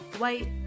white